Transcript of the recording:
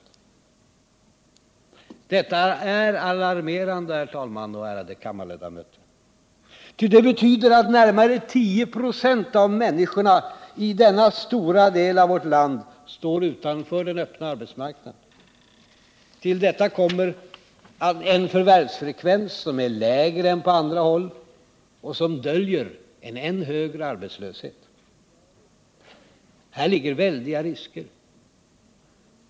Detta är, herr talman och ärade kammarledamöter, alarmerande. Ty det betyder att närmare 10 26 av människorna i denna stora del av vårt land står utanför den öppna arbetsmarknaden. Till detta kommer en förvärvsfrekvens som är lägre än på andra håll och som döljer en än högre arbetslöshet. Här ligger väldiga risker.